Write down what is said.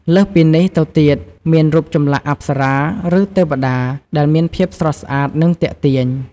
លើសពីនេះ ទៅទៀតមានរូបចម្លាក់អប្សរា ឬទេវតាដែលមានភាពស្រស់ស្អាត និងទាក់ទាញ។